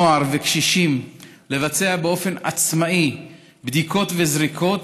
נוער וקשישים לבצע באופן עצמאי בדיקות וזריקות,